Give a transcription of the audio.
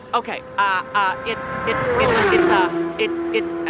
ok. ah ah it's it's it's it's ah it's it's.